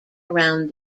around